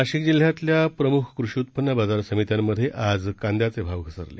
नाशिक जिल्ह्यातल्या प्रमुख कृषी उत्पन्न बाजार समित्यांमध्ये आज कांदयाचे घसरले